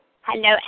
Hello